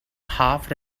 half